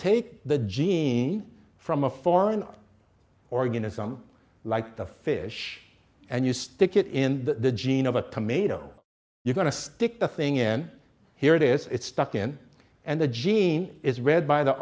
take the gene from a foreign organism like the fish and you stick it in the gene of a tomato you've got to stick the thing in here it is it's stuck in and the gene is read by the